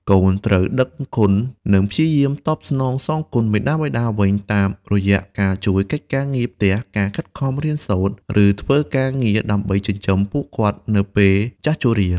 កូនត្រូវដឹងគុណ និងព្យាយាមតបស្នងសងគុណមាតាបិតាវិញតាមរយៈការជួយកិច្ចការងារផ្ទះ ការខិតខំរៀនសូត្រ ឬធ្វើការងារដើម្បីចិញ្ចឹមពួកគាត់នៅពេលចាស់ជរា។